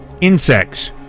insects